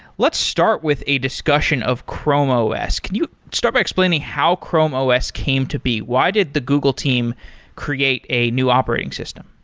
let's start with a discussion of chrome os. can you start by explaining how chrome os came to be? why did the google team create a new operating system?